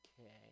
Okay